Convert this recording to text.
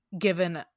given